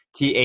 TA